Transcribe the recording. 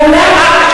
מעולה.